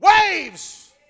waves